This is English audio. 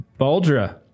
baldra